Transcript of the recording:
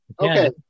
okay